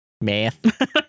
Math